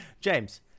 James